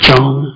John